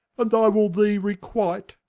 and i will thee requite